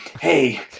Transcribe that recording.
Hey